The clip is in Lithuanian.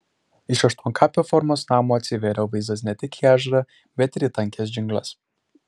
iš aštuonkampio formos namo atsivėrė vaizdas ne tik į ežerą bet ir į tankias džiungles